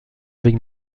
avec